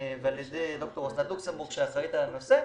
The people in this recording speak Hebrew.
ועל ידי ד"ר אסנת לוקסמבורג, שאחראית על הנושא.